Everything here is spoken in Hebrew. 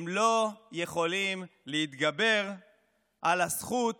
הם לא יכולים להתגבר על הזכות